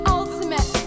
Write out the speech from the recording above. ultimate